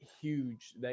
huge